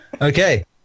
Okay